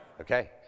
Okay